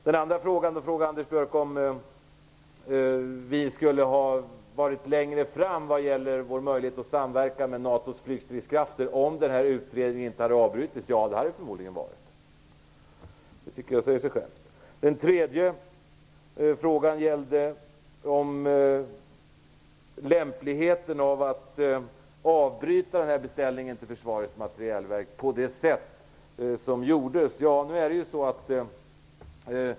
Den andra frågan från Anders Björck gällde om vi skulle ha varit längre fram vad gäller vår möjlighet att samverka med NATO:s flygstridskrafter om utredningen inte hade avbrutits. Ja, det hade vi förmodligen varit. Det tycker jag säger sig självt. Den tredje frågan gällde lämpligheten av att avbryta beställningen till Försvarets materielverk på det sätt som gjordes.